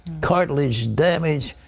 cartilage damage,